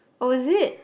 oh is it